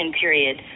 period